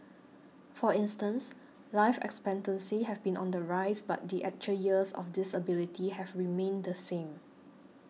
for instance life expectancy have been on the rise but the actual years of disability have remained the same